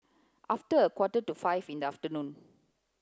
after a quarter to five in the afternoon